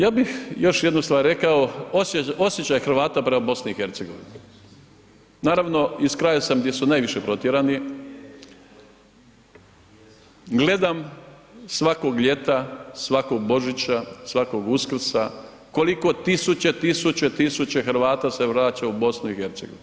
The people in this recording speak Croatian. Ja bih još jednu stvar rekao, osjećaj Hrvata prema BiH, naravno iz kraja sam gdje su najviše protjerani, gledam svakog ljeta, svakog Božića, svakog Uskrsa, koliko tisuće, tisuće, tisuće Hrvata se vraća u BiH.